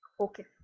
okay